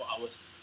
hours